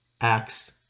acts